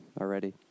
already